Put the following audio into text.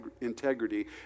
integrity